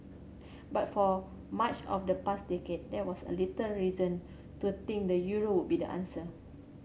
but for much of the past decade there was a little reason to think the euro would be the answer